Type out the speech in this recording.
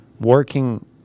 working